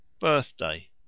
birthday